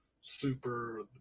Super